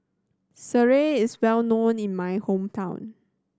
sireh is well known in my hometown